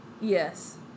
Yes